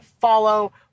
follow